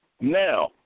Now